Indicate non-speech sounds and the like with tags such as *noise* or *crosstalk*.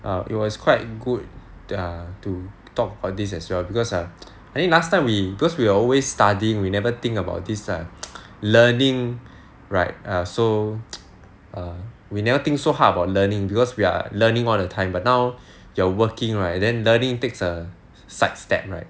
err it was quite good ya to talk about this as well because err I think last time we because we always studying we never think about this err learning right err so *noise* err we never think so hard about learning because we are learning all the time but now you're working right then learning takes a side step right